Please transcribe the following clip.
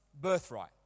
birthright